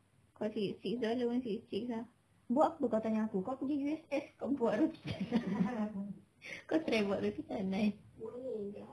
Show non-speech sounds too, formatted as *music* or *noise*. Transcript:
kalau sixty six dollars pun sixty six ah buat apa kau tanya aku kau pergi U_S_S kau buat roti canai *laughs* kau try buat roti canai